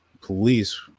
police